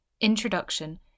introduction